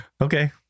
okay